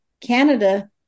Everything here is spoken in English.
Canada